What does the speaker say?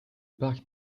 parc